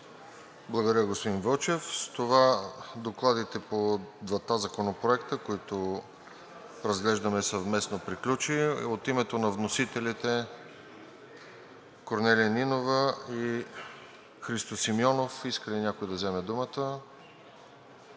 Благодаря, господин Вълчев. С това докладите по двата законопроекта, които разглеждаме съвместно, приключиха. От името на вносителите Корнелия Нинова и Христо Симеонов иска ли някой да вземе думата?